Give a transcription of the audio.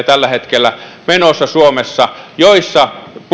tällä hetkellä on suomessa menossa paljon aktiviteetteja